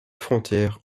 frontières